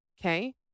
okay